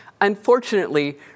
Unfortunately